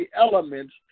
elements